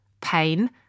pain